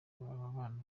ababana